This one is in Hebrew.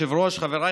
שעובדים,